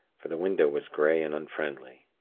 for the window was grey and unfriendly.